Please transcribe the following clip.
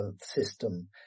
system